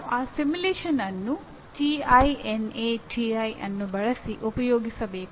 ನೀವು ಆ ಪ್ರತ್ಯನುಕರಣೆಯನ್ನು TINA TI ಅನ್ನು ಬಳಸಿ ಉಪಯೋಗಿಸಬೇಕು